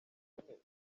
dukeneye